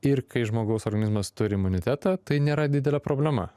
ir kai žmogaus organizmas turi imunitetą tai nėra didelė problema